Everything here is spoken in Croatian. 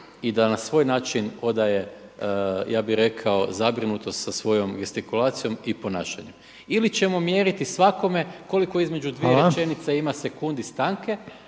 i da na svoj način odaje ja bih rekao zabrinutost sa svojom gestikulacijom i ponašanjem. Ili ćemo mjeriti svakome koliko između dvije rečenice ima sekundi stanke